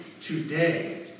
today